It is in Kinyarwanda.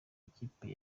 ikipe